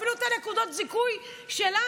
אפילו את חוק נקודת הזיכוי שלנו,